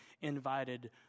invited